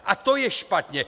A to je špatně!